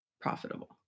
profitable